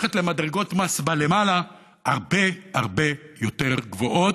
וללכת למדרגות מס, למעלה, הרבה הרבה יותר גבוהות.